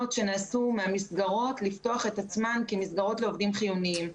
שנעשו מהמסגרות לפתוח את עצמן כמסגרות לעובדים חיוניים.